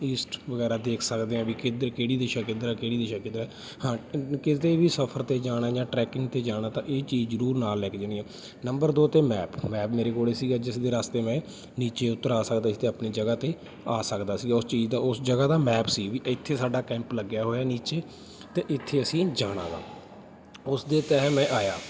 East ਵਗੈਰਾ ਦੇਖ ਸਕਦੇ ਹਾਂ ਵੀ ਕਿੱਧਰ ਕਿਹੜੀ ਦਿਸ਼ਾ ਕਿੱਧਰ ਆ ਕਿਹੜੀ ਦਿਸ਼ਾ ਕਿੱਧਰ ਆ ਹਾਂ ਕਿਤੇ ਵੀ ਸਫ਼ਰ 'ਤੇ ਜਾਣਾ ਜਾਂ ਟਰੈਕਿੰਗ 'ਤੇ ਜਾਣਾ ਤਾਂ ਇਹ ਚੀਜ਼ ਜ਼ਰੂਰ ਨਾਲ ਲੈ ਕੇ ਜਾਣੀ ਆ ਨੰਬਰ ਦੋ 'ਤੇ ਮੈਪ ਮੈਪ ਮੇਰੇ ਕੋਲ ਸੀਗਾ ਜਿਸ ਦੇ ਰਸਤੇ ਮੈਂ ਨੀਚੇ ਉੱਤਰ ਆ ਸਕਦਾ ਸੀ ਅਤੇ ਆਪਣੀ ਜਗ੍ਹਾ 'ਤੇ ਆ ਸਕਦਾ ਸੀ ਉਸ ਚੀਜ਼ ਦਾ ਉਸ ਜਗ੍ਹਾ ਦਾ ਮੈਪ ਸੀ ਵੀ ਇੱਥੇ ਸਾਡਾ ਕੈਂਪ ਲੱਗਿਆ ਹੋਇਆ ਨੀਚੇ ਅਤੇ ਇੱਥੇ ਅਸੀਂ ਜਾਣਾ ਵਾ ਉਸ ਦੇ ਤਹਿ ਮੈਂ ਆਇਆ